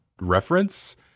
reference